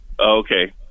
Okay